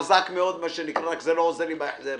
חזק מאוד, מה שנקרא, רק שזה לא עוזר לי בהחזרים.